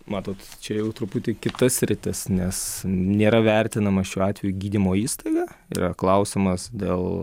matot čia jau truputį kita sritis nes nėra vertinama šiuo atveju gydymo įstaiga yra klausimas dėl